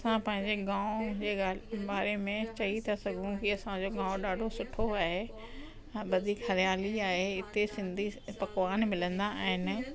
असां पंहिंजे गांव जे ॻाल्हि बारे में चई था सघूं कि असांजो गांव ॾाढो सुठो आहे ऐं वधीक हरियाली आहे इते सिंधी पकवान मिलंदा आहिनि